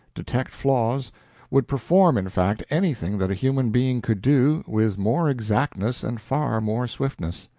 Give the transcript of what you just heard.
detect flaws would perform, in fact, anything that a human being could do, with more exactness and far more swiftness.